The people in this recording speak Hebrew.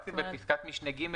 הסיטואציה בפסקת משנה (ג),